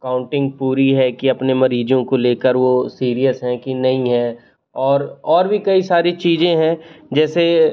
counting पूरी है कि अपने मरीज़ों को ले कर वो सीरियस हैं कि नहीं हैं और और भी कई सारी चीज़ें हैं जैसे